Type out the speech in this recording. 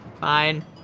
fine